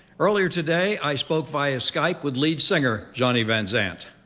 earlier today i spoke via skype with lead singer johnny van zant.